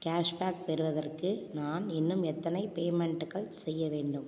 cashback பெறுவதற்கு நான் இன்னும் எத்தனை பேமென்ட்கள் செய்ய வேண்டும்